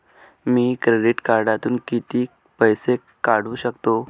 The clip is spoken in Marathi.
मी क्रेडिट कार्डातून किती पैसे काढू शकतो?